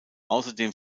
außerdem